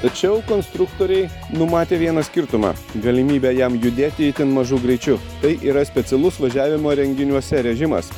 tačiau konstruktoriai numatė vieną skirtumą galimybę jam judėti itin mažu greičiu tai yra specialus važiavimo renginiuose režimas